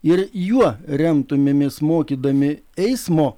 ir juo remtumėmės mokydami eismo